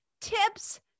Tips